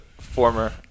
former